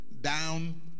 down